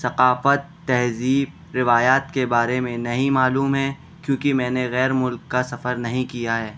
ثقافت تہذیب روایات کے بارے میں نہیں معلوم ہیں کیونکہ میں نے غیر ملک کا سفر نہیں کیا ہے